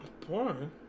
Porn